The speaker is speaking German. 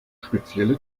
spezielle